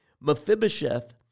Mephibosheth